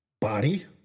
body